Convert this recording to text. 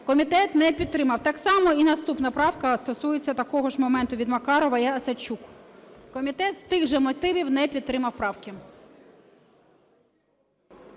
Комітет не підтримав. Так само і наступна правка стосується такого ж моменту від Макарова і Осадчук. Комітет з тих же мотивів не підтримав правки.